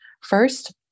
First